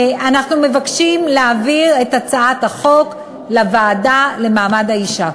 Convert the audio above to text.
אנחנו מבקשים להעביר את הצעת החוק לוועדה למעמד האישה.